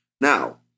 Now